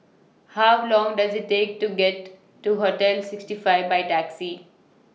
How Long Does IT Take to get to Hostel sixty five By Taxi